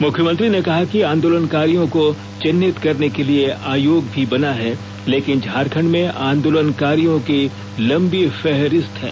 मुख्यमंत्री ने कहा कि आंदोलनकारियों को चिह्नित करने के लिए आयोग भी बना है लेकिन झारखंड में आंदोलनकारियों की लंबी फेहरिस्त है